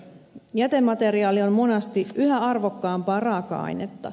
jätemateriaali on monasti yhä arvokkaampaa raaka ainetta